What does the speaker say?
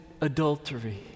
adultery